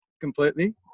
completely